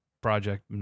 project